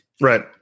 Right